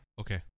Okay